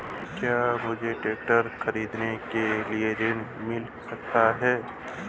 क्या मुझे ट्रैक्टर खरीदने के लिए ऋण मिल सकता है?